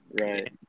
right